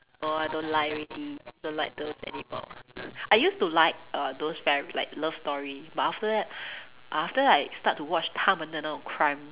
oh I don't like already don't like those anymore I used to like err those fairy like love story but after that after that I start to watch 他们的那种 crime